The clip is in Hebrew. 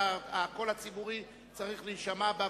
והקול הציבורי צריך להישמע בה,